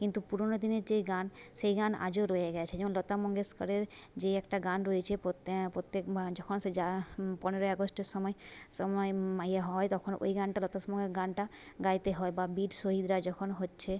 কিন্তু পুরনো দিনের যে গান সে গান আজও রয়ে গেছে যেমন লতা মঙ্গেশকরের যে একটা গান রয়েছে প্রত্যেকবার যখন সে যাঃ পনেরোই আগস্টের সময় সময় ইয়ে হয় তখন ওই গানটা লতা গানটা গাইতে হয় বা বীর শহিদরা যখন হচ্ছে